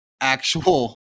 actual